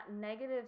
negative